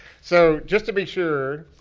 so, just to be sure,